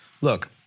Look